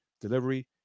delivery